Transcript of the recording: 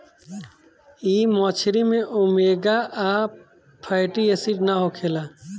इ मछरी में ओमेगा आ फैटी एसिड ना होखेला